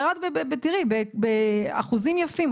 ירד באחוזים יפים,